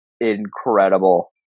incredible